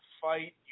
fight